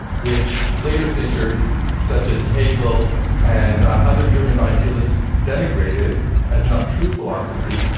which later thinkers such as hegel and other german idealists denigrated as not true philosophy,